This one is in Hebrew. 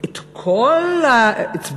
את כל האצבעות